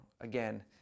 again